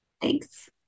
Thanks